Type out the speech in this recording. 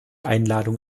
einladung